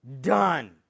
done